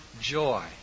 joy